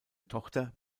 tochter